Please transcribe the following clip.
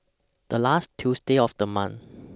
The last Tuesday of The month